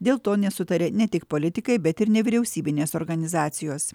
dėl to nesutaria ne tik politikai bet ir nevyriausybinės organizacijos